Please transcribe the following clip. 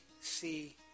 see